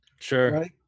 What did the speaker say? Sure